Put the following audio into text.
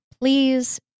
please